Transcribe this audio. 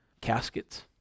caskets